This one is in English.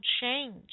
change